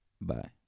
Bye